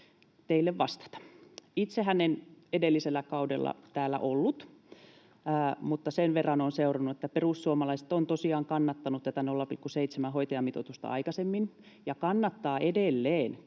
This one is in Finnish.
teille vastata. Itsehän en edellisellä kaudella täällä ollut, mutta sen verran olen seurannut, että perussuomalaiset ovat tosiaan kannattaneet tätä 0,7-hoitajamitoitusta aikaisemmin ja kannattavat edelleen,